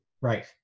Right